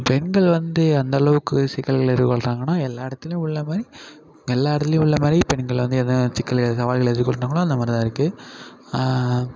பெண்கள் வந்து அந்தளவுக்கு சிக்கல் எதிர்கொள்றாங்கன்னால் எல்லா இடத்துலையும் உள்ளமாதிரி எல்லா இடத்துலையும் உள்ளமாதிரி பெண்கள் வந்து எதுவும் சிக்கல்கள் சவால்கள் எதிர்கொள்றாங்களோ அந்தமாதிரிதான் இருக்குது